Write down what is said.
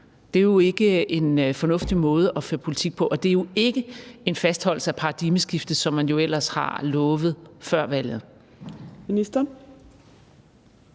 Det er ikke en fornuftig måde at føre politik på, og det er ikke en fastholdelse af paradigmeskiftet, som man jo ellers har lovet før valget.